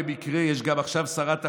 במקרה יש גם עכשיו שרת תחבורה,